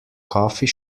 coffee